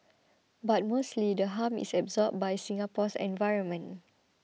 but mostly the harm is absorbed by Singapore's environment